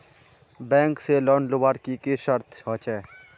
Bank से loan लुबार की की शर्त होचए?